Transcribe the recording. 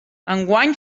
enguany